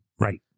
Right